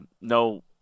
no